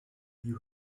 you